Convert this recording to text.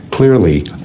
Clearly